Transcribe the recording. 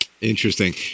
Interesting